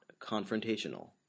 confrontational